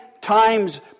times